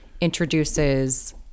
introduces